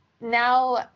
now